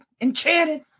Enchanted